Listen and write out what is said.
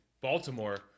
Baltimore